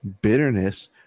Bitterness